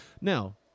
Now